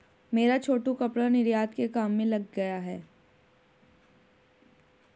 मेरा छोटू कपड़ा निर्यात के काम में लग गया है